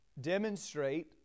demonstrate